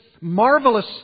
marvelous